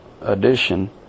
edition